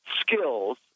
skills